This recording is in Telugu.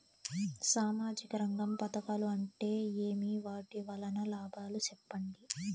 సామాజిక రంగం పథకాలు అంటే ఏమి? వాటి వలన లాభాలు సెప్పండి?